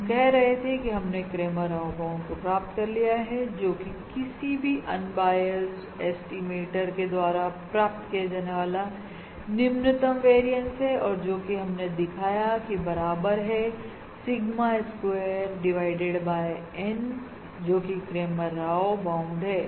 तो हम कह रहे थे कि हमने क्रैमर राव बाउंड को प्राप्त कर लिया है जो कि किसी भी अनबायस एस्टिमेटर के द्वारा प्राप्त किया जाने वाला निम्नतम वेरियस है और जो कि हमने दिखाया कि वह बराबर है sigma square divided by N जोकि है क्रैमर राव बाउंड